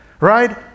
Right